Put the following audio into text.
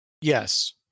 Yes